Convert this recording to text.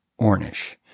Ornish